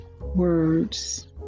words